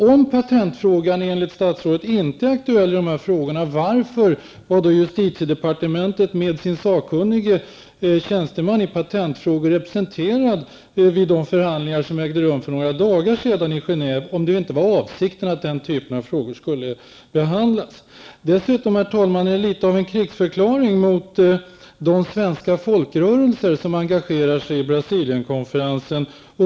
Om patentfrågan enligt statsrådet inte är aktuell i det här sammanhanget, varför var då justitiedepartementet, med sin sakkunnige tjänsteman i patentfrågor, representerat vid de förhandlingar som ägde rum för några dagar sedan i Genève, om det inte var avsikten att den typen av frågor skulle behandlas? Dessutom, herr talman, är detta litet av en krigsförklaring mot de svenska folkrörelser som engagerar sig i Brasilienkonferensen.